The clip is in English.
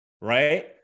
Right